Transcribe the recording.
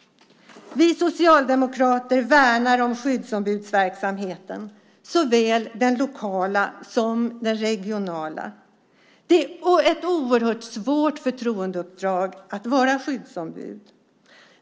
Vi socialdemokrater värnar om skyddsombudsverksamheten, såväl den lokala som den regionala. Det är ett oerhört svårt förtroendeuppdrag att vara skyddsombud.